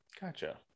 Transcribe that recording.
Gotcha